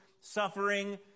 suffering